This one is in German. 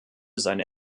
seine